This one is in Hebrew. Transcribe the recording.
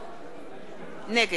נגד חיים כץ,